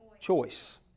Choice